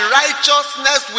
righteousness